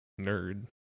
nerd